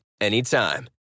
anytime